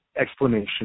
explanation